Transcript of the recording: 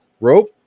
rope